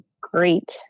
great